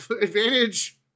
Advantage